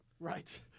Right